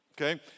Okay